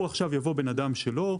עכשיו יבוא בן אדם שלו,